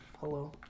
hello